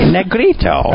Negrito